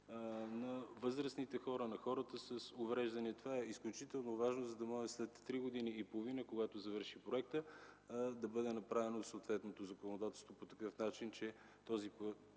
на възрастните хора, на хората с увреждания. Това е изключително важно, за да може след три години и половина, когато завърши проектът, да бъде направено съответното законодателство по такъв начин, че пилотният